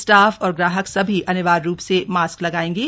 staff और ग्राहक सभी अनिवार्य रूप से मास्क लगायेंगे